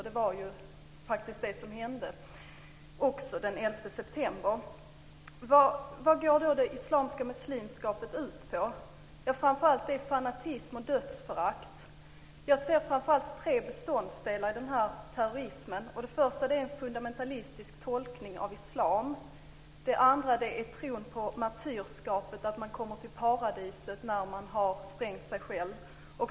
Det var faktiskt detta det gällde den 11 Vad går då det islamiska martyrskapet ut på? Det är framför allt fanatism och dödsförakt. Jag ser tre beståndsdelar i denna terrorism. Den första är en fundamentalistisk tolkning av islam. Den andra är tron på martyrskapet och att man kommer till paradiset när man har sprängt sig själv.